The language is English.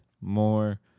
more